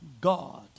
God